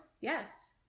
Yes